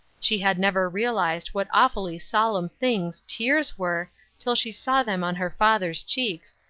she had never realized what awfully solemn things tears were till she saw them on her father's cheeks,